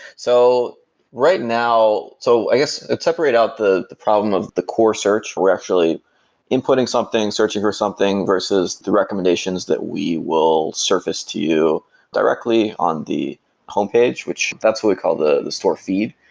so right now, so i guess it separate out the the problem of the core search, we're actually inputting something, searching for something versus the recommendations that we will surface to you directly on the home page, which that's what we call the the store feed.